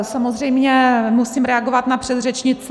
Samozřejmě musím reagovat na předřečnici.